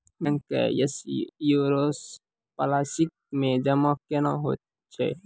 Bank के insurance policy मे जमा केना होय छै?